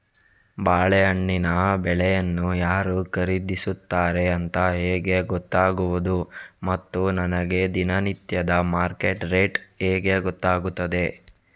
ಬಾಳೆಹಣ್ಣಿನ ಬೆಳೆಯನ್ನು ಯಾರು ಖರೀದಿಸುತ್ತಾರೆ ಅಂತ ಹೇಗೆ ಗೊತ್ತಾಗುವುದು ಮತ್ತು ನನಗೆ ದಿನನಿತ್ಯದ ಮಾರ್ಕೆಟ್ ರೇಟ್ ಹೇಗೆ ಗೊತ್ತಾಗುತ್ತದೆ?